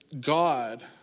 God